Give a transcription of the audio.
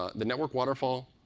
ah the network waterfall,